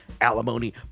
alimony